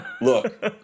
look